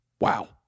wow